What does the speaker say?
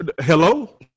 Hello